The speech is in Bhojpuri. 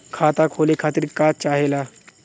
खाता खोले खातीर का चाहे ला?